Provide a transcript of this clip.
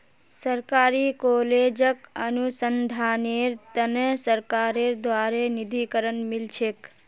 सरकारी कॉलेजक अनुसंधानेर त न सरकारेर द्बारे निधीकरण मिल छेक